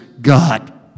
God